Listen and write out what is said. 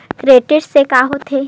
Credit से का होथे?